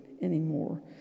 anymore